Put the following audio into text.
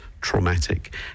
traumatic